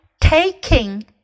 taking